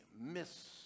miss